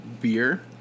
beer